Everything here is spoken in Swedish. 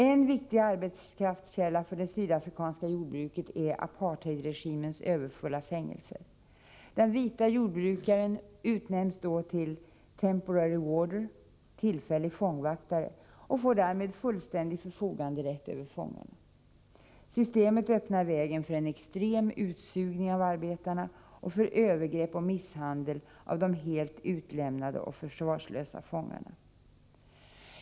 En viktig arbetskraftskälla för det sydafrikanska jordbruket är apartheidregimens överfulla fängelser. Den vite jordbrukaren utnämns då till ”temporary warder”, tillfällig fångvaktare, och får därmed fullständig förfoganderätt över fångarna. Systemet öppnar vägen för en extrem utsugning av arbetarna, och för övergrepp och misshandel av de helt utlämnade och försvarslösa fångarna.